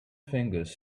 fingers